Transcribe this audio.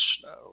snow